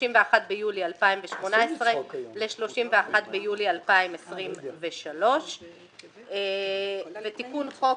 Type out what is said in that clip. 31 ביולי 2018 ל-31 ביולי 2023. בתיקון חוק